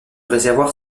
réservoir